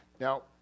Now